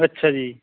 ਅੱਛਾ ਜੀ